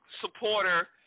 supporter